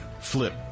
flip